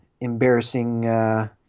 embarrassing